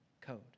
code